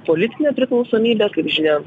politinę priklausomybę kaip žinia